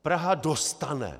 Praha dostane!